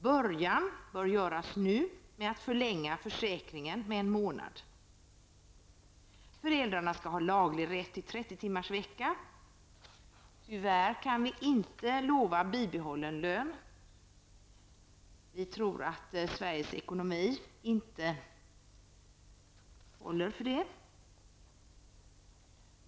Början bör göras nu genom att förlänga försäkringen med en månad. Föräldrarna skall ha laglig rätt till 10-timmarsvecka. Tyvärr kan vi inte lova bibehållen lön. Vi tror att Sveriges ekonomi inte håller för det.